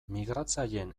migratzaileen